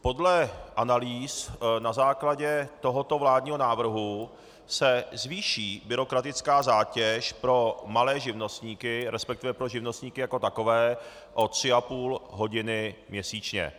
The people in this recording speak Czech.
Podle analýz na základě tohoto vládního návrhu se zvýší byrokratická zátěž pro malé živnostníky, respektive pro živnostníky jako takové, o tři a půl hodiny měsíčně.